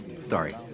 sorry